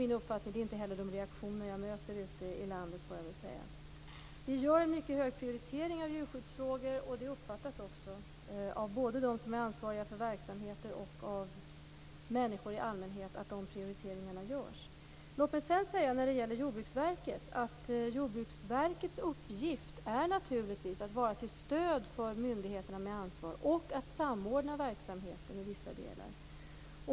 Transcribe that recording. Jag möter inte heller några sådana reaktioner ute i landet. Vi prioriterar djurskyddsfrågor mycket högt, och det uppfattas också både av dem som är ansvariga för verksamheter och av människor i allmänhet. Låt mig vidare beträffande Jordbruksverket säga att dess uppgift naturligtvis är att vara till stöd för myndigheter med ansvar och att i vissa delar samordna verksamheter.